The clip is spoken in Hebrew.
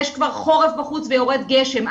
יש כבר חורף בחוץ ויורד גשם.